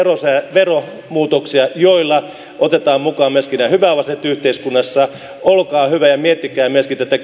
veromuutoksia joilla otetaan mukaan myöskin nämä hyväosaiset yhteiskunnassa olkaa hyvä ja miettikää myöskin tätä